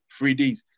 3Ds